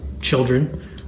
children